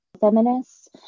Feminists